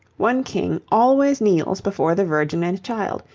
one king always kneels before the virgin and child,